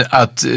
att